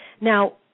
Now